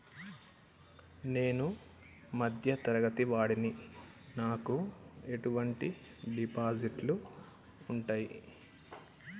నేను మధ్య తరగతి వాడిని నాకు ఎటువంటి డిపాజిట్లు ఉంటయ్?